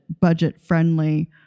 budget-friendly